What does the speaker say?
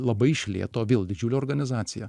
labai iš lėto vėl didžiulė organizacija